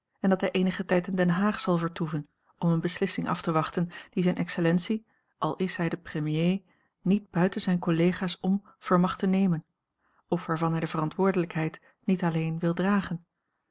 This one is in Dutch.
en dat hij eenigen tijd in den haag zal vertoeven om eene beslissing af te wachten die zijne excellentie al is hij de premier niet buiten zijne collega's om vermag te nemen of waarvan hij de verantwoordelijkheid niet alleen wil dragen